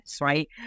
right